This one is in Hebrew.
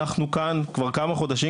אנחנו כאן כבר כמה חודשים,